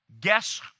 Guess